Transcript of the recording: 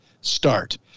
START